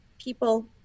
people